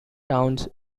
towns